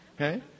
Okay